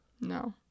no